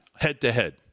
head-to-head